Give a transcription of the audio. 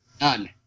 None